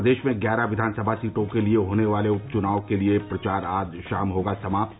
प्रदेश में ग्यारह विधानसभा सीटों के लिये होने वाले उप चुनाव के लिये प्रचार आज शाम होगा समाप्त